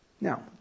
Now